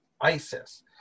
ISIS